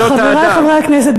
חברי חברי הכנסת,